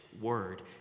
Word